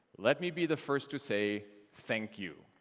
let me be the first to say thank you,